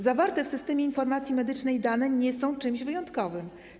Zawarte w systemie informacji medycznej dane nie są czymś wyjątkowym.